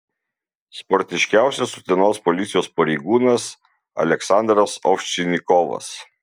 sportiškiausias utenos policijos pareigūnas aleksandras ovčinikovas